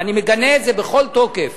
ואני מגנה את זה בכל תוקף,